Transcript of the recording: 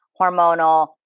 hormonal